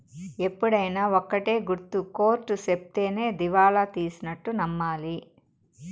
ఎప్పుడైనా ఒక్కటే గుర్తు కోర్ట్ సెప్తేనే దివాళా తీసినట్టు నమ్మాలి